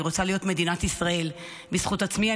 אני רוצה להיות מדינת ישראל בזכות עצמי.